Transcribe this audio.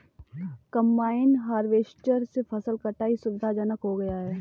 combine harvester से फसल कटाई सुविधाजनक हो गया है